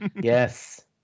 Yes